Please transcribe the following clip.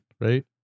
right